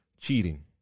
cheating